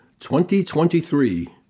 2023